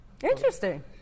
Interesting